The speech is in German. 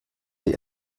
die